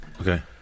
Okay